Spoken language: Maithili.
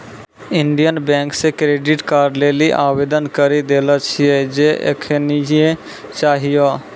इन्डियन बैंक से क्रेडिट कार्ड लेली आवेदन करी देले छिए जे एखनीये चाहियो